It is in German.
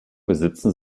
besitzen